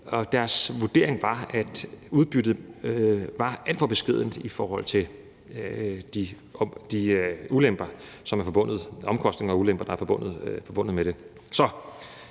Deres vurdering var, at udbyttet var alt for beskedent i forhold til de omkostninger og ulemper, som er forbundet med det.